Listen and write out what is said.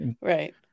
right